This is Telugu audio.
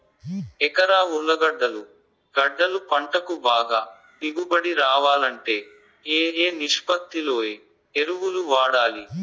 ఎకరా ఉర్లగడ్డలు గడ్డలు పంటకు బాగా దిగుబడి రావాలంటే ఏ ఏ నిష్పత్తిలో ఏ ఎరువులు వాడాలి?